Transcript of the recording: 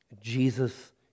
Jesus